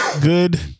good